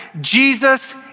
Jesus